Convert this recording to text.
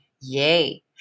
Yay